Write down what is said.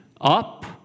up